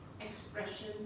expression